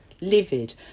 livid